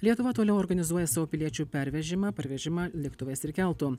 lietuva toliau organizuoja savo piliečių pervežimą parvežimą lėktuvais ir keltu